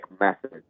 method